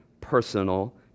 personal